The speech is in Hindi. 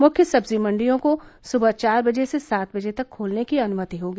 मुख्य सब्जी मंडियों को सुबह चार बजे से सात बजे तक खोलने की अनुमति होगी